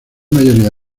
mayoría